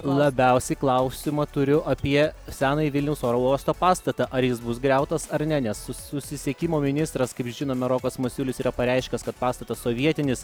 labiausiai klausimą turiu apie senąjį vilniaus oro uosto pastatą ar jis bus griautas ar ne nes susisiekimo ministras kaip žinome rokas masiulis yra pareiškęs kad pastatas sovietinis